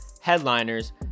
Headliners